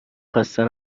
خسته